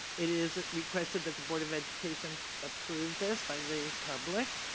it is requested that the board of education approve this by the public